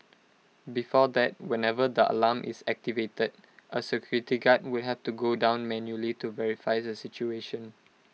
before that whenever the alarm is activated A security guard would have to go down manually to verify the situation